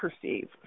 perceive